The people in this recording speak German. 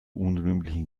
unrühmlichen